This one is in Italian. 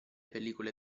pellicole